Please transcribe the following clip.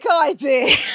idea